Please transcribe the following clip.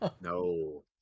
No